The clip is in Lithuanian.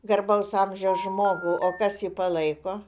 garbaus amžiaus žmogų o kas jį palaiko